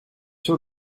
sur